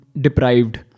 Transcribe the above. deprived